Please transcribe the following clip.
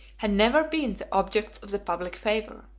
had never been the objects of the public favor.